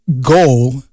goal